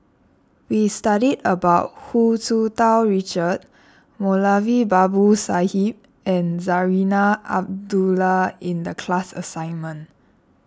we studied about Hu Tsu Tau Richard Moulavi Babu Sahib and Zarinah Abdullah in the class assignment